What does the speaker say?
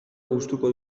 gustuko